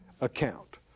account